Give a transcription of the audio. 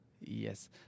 Yes